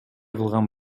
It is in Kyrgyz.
кылган